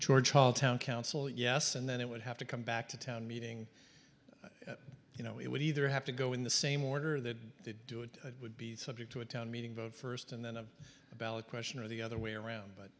george town council yes and then it would have to come back to town meeting you know it would either have to go in the same order that they do it would be subject to a town meeting but first and then of the ballot question or the other way around but